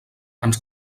ens